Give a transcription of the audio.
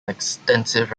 extensive